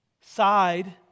Side